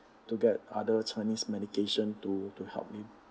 to get other chinese medication to to help him